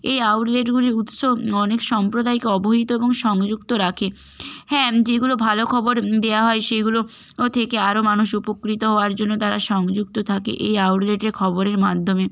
এই আউটলেটগুলির উৎস অনেক সম্প্রদায়কে অবহিত এবং সংযুক্ত রাখে হ্যাঁ যেগুলো ভালো খবর দেওয়া হয় সেগুলো থেকে আরও মানুষ উপকৃত হওয়ার জন্য তারা সংযুক্ত থাকে এই আউটলেটের খবরের মাধ্যমে